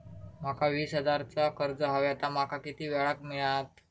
माका वीस हजार चा कर्ज हव्या ता माका किती वेळा क मिळात?